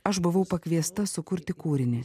aš buvau pakviesta sukurti kūrinį